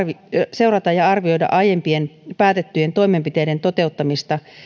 seurata ja arvioida aiempien päätettyjen toimenpiteiden toteuttamista